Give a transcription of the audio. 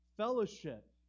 Fellowship